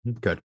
Good